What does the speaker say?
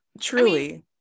Truly